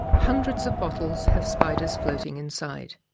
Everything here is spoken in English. hundreds of bottles have spiders floating inside.